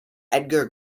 edgar